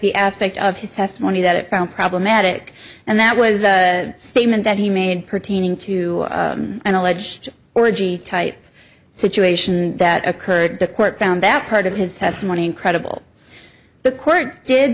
the aspect of his testimony that it found problematic and that was a statement that he made pertaining to an alleged or a g type situation that occurred the court found that part of his testimony incredible the court did